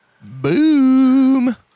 Boom